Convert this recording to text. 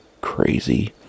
crazy